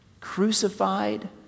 crucified